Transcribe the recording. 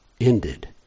ended